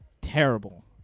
terrible